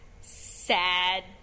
sad